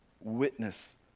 witness